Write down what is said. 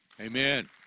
Amen